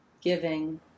giving